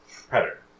Predator